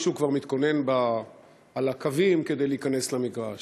מישהו כבר מתכונן על הקווים כדי להיכנס למגרש.